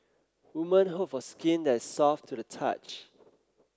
women hope for skin that is soft to the touch